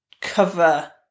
cover